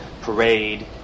Parade